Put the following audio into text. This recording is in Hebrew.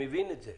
אני מבין את זה.